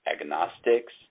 agnostics